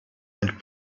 and